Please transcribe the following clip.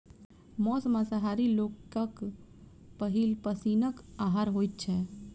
मौस मांसाहारी लोकक पहिल पसीनक आहार होइत छै